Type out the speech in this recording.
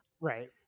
Right